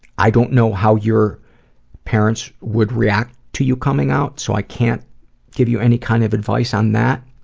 i don't know how your parents would react to you coming out, so i can't give you any kind of advice on that